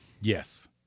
Yes